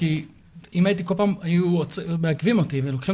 כי אם כל פעם היו מעכבים אותי ולוקחים